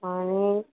आनी